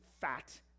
fat